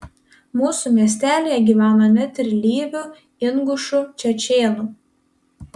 mūsų miestelyje gyveno net ir lyvių ingušų čečėnų